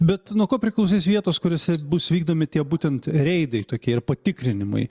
bet nuo ko priklausys vietos kuriose bus vykdomi tie būtent reidai tokie ir patikrinimai